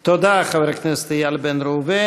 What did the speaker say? תודה, חבר הכנסת איל בן ראובן.